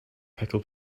pickled